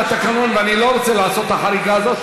ואני לא רוצה לעשות את החריגה הזאת,